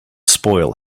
spoil